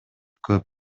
көп